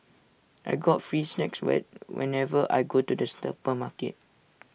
I get free snacks when whenever I go to the supermarket